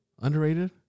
Underrated